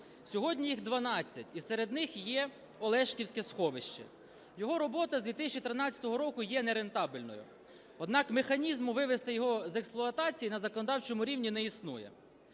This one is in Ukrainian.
Сьогодні їх 12, і серед них є Олишівське сховище. Його робота з 2013 року є нерентабельною, однак механізму вивести його з експлуатації на законодавчому рівні не існує.